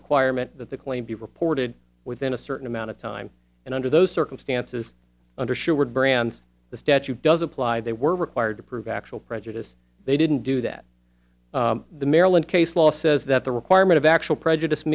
requirement that the claim be reported within a certain amount of time and under those circumstances under sure we're brands the statute does apply they were required to prove actual prejudice they didn't do that the maryland case law says that the requirement of actual prejudice